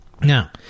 Now